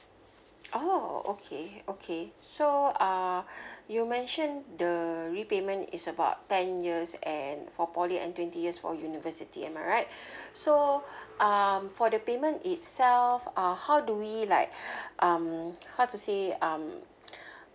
orh okay okay so uh you mentioned the repayment is about ten years and for poly and twenty years for university am I right so um for the payment itself uh how do we like um how to say um